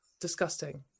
disgusting